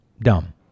dumb